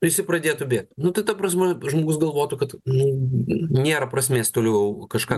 visi pradėtų bėgt nu tai ta prasme žmogus galvotų kad nu nėra prasmės toliau kažką